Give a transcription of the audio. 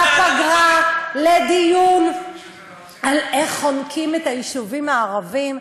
בפגרה לדיון על איך חונקים את היישובים הערביים,